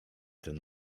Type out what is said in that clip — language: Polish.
ten